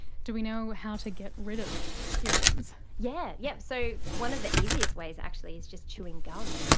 do we know how to get rid of ear worms? yeah yes. so one of the easiest ways actually is just chewing gum.